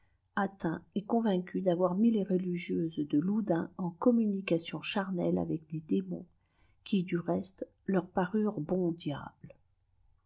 atteint et convaincu d'avèit mis les religieuses de loudun en communication charnelle avec des démons qui du reste leur parurent bons diaues